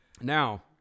Now